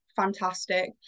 fantastic